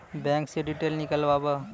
Bank से detail नीकालव?